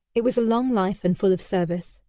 it was a long life and full of service.